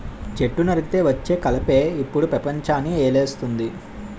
చెట్టు నరికితే వచ్చే కలపే ఇప్పుడు పెపంచాన్ని ఏలేస్తంది